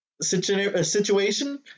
situation